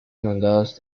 inundados